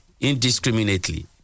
indiscriminately